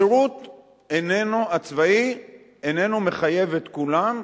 השירות הצבאי איננו מחייב את כולם,